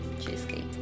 cheesecake